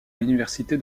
l’université